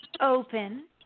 open